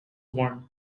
worn